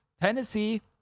tennessee